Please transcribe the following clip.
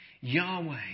Yahweh